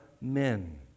men